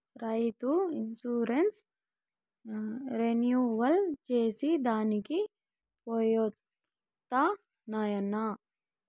రైతు insurance renewal చేసి దానికి పోయొస్తా నాయనా